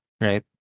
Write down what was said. right